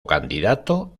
candidato